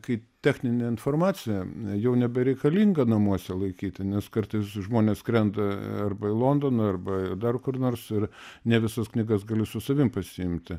kaip techninė informacija jau nebereikalinga namuose laikyti nes kartais žmonės skrenda arba į londoną arba dar kur nors ir ne visas knygas gali su savim pasiimti